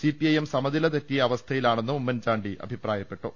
CPIM സ്മനില തെറ്റിയ അവസ്ഥയി ലാണെന്നും ഉമ്മൻചാണ്ടി അഭിപ്രായപ്പെട്ടു